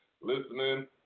listening